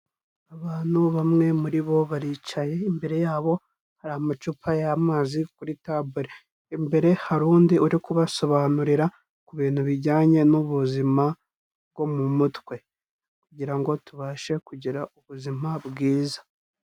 Abantu bamwe muri bo baricaye, imbere yabo hari amacupa y'amazi kuri table. Imbere hari undi uri kubasobanurira ku bintu bijyanye n'ubuzima bwo mu mutwe. Kugira ngo tubashe kugira ubuzima bwiza.